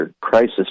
crisis